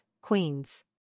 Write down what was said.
Queens